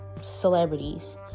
celebrities